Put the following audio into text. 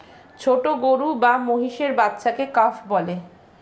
ছোট গরু বা মহিষের বাচ্চাকে কাফ বলে